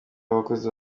abakozi